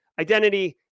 Identity